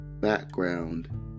background